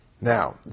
Now